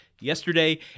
yesterday